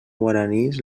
guaranís